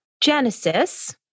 genesis